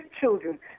children